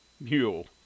Mule